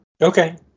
okay